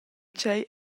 tgei